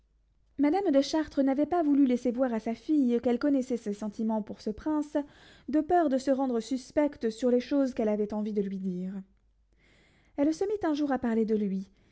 madame de chartres n'avait pas voulu laisser voir à sa fille qu'elle connaissait ses sentiments pour le prince de peur de se rendre suspecte sur les choses qu'elle avait envie de lui dire elle se mit un jour à parler de lui